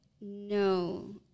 No